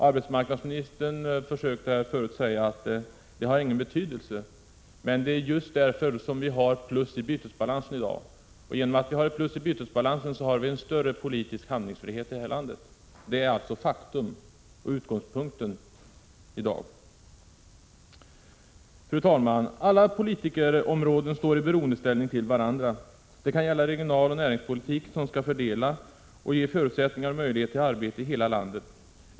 Arbetsmarknadsministern försökte här tidigare säga att det inte har någon betydelse. Men det är just därför som vi har plus i bytesbalansen i dag. I och med att vi har ett plus i bytesbalansen, har vi en större politisk handlingsfrihet i detta land. Det är ett faktum och utgångspunkten i dag. Fru talman! Alla politikerområden står i beroendeställning till varandra. Det kan gälla regionaloch näringspolitiken som skall fördela och ge förutsättningar och möjligheter till arbete i hela landet.